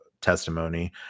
testimony